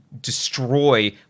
destroy